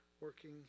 working